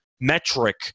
metric